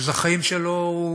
אז החיים שלו,